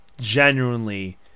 genuinely